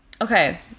Okay